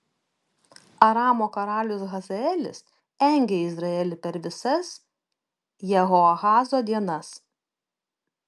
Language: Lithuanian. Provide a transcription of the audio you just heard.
aramo karalius hazaelis engė izraelį per visas jehoahazo dienas